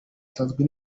nsanzwe